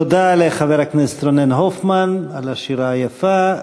תודה לחבר הכנסת רונן הופמן על השירה היפה.